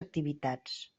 activitats